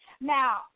Now